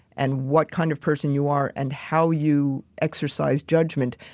and what kind of person you are and how you exercise judgment.